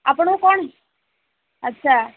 ଆପଣଙ୍କୁ କ'ଣ ଆଚ୍ଛା